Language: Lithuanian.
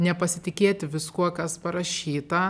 nepasitikėti viskuo kas parašyta